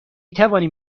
توانیم